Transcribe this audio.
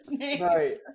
right